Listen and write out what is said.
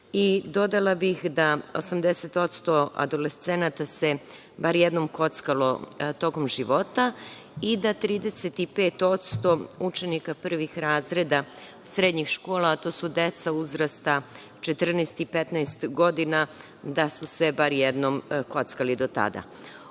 dodala bih da 80% adolescenata se bar jednom kockalo tokom života i da 35% učenika privih razreda srednjih škola, a to su deca uzrasta 14 i 15 godina, da su se bar jednom kockali do tada. Ono